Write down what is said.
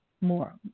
more